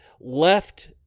left